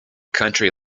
country